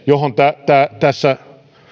johon tässä